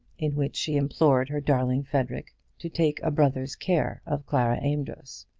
in which she implored her darling frederic to take a brother's care of clara amedroz.